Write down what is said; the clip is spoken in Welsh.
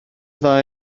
ddau